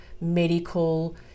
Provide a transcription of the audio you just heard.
medical